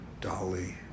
Dolly